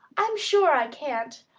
i'm sure i can't.